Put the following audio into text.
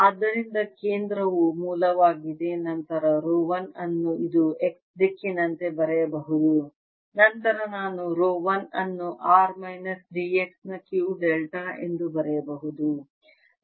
ಆದ್ದರಿಂದ ಕೇಂದ್ರವು ಮೂಲವಾಗಿದೆ ನಂತರ ರೋ 1 ಅನ್ನು ಇದು x ದಿಕ್ಕಿನಂತೆ ಬರೆಯಬಹುದು ನಂತರ ನಾನು ರೋ 1 ಅನ್ನು r ಮೈನಸ್ d x ನ Q ಡೆಲ್ಟಾ ಎಂದು ಬರೆಯಬಹುದು